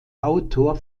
autor